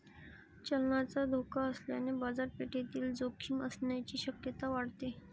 चलनाचा धोका असल्याने बाजारपेठेतील जोखीम असण्याची शक्यता वाढते